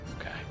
Okay